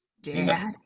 Dad